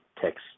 text